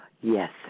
yes